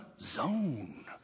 zone